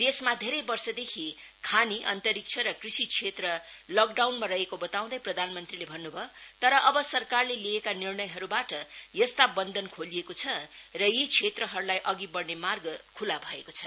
देशमा धेरै वर्षदेखि खानी अन्तरीक्ष र क्रषि क्षेत्र लकडाउनमा रहेको बताउँदै प्रधानमन्त्रीले भन्नु भयो तर अब सरकारले लिएका निणर्यहरुबाट यस्ता बन्धन खेलिएको छ र यी क्षेत्रहरुलाई अघि बढ़ने मार्ग खुला भएको छ